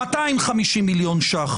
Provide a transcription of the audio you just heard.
250,000,000 ש"ח.